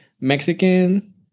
Mexican